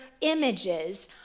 images